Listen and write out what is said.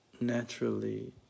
naturally